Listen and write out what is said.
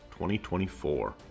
2024